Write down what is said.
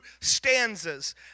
stanzas